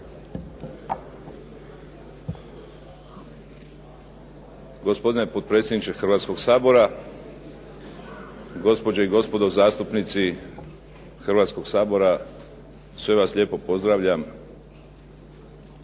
Gospodine potpredsjedniče Hrvatskoga sabora, gospođe i gospodo zastupnici Hrvatskoga sabora. Sve vas lijepo pozdravljam.